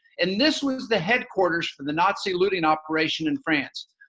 and this was the headquarters for the nazi looting operation in france.